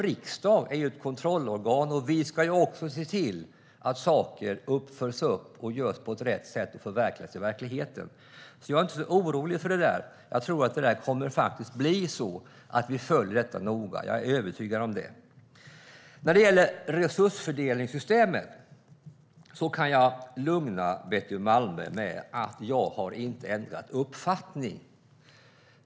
Riksdagen är ett kontrollorgan, och vi ska ju också se till att saker följs upp, görs på rätt sätt och förverkligas. Jag är inte så orolig för det här. Det kommer nog att bli så att vi följer detta noga, jag är övertygad om det. När det gäller resursfördelningssystemet kan jag lugna Betty Malmberg med att jag inte har ändrat uppfattning.